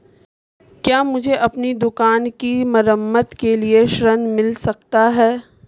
क्या मुझे अपनी दुकान की मरम्मत के लिए ऋण मिल सकता है?